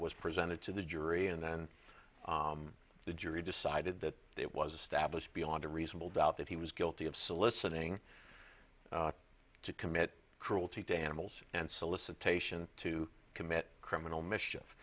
was presented to the jury and then the jury decided that it was established beyond a reasonable doubt that he was guilty of soliciting to commit cruelty to animals and solicitation to commit criminal mischief